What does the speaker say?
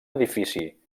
edifici